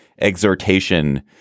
exhortation